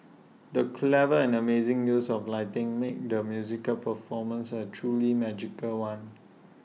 the clever and amazing use of lighting made the musical performance A truly magical one